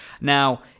Now